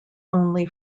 only